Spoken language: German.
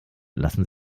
lassen